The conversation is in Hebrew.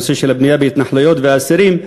בנושא של הבנייה בהתנחלויות והאסירים,